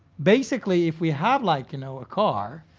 basically, if we have, like, you know, a car,